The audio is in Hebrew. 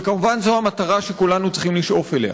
וכמובן, זו המטרה שכולנו צריכים לשאוף אליה.